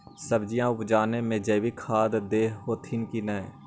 सब्जिया उपजाबे मे जैवीक खाद दे हखिन की नैय?